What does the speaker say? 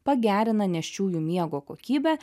pagerina nėščiųjų miego kokybę